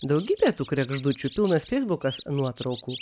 daugybė tų kregždučių pilnas feisbukas nuotraukų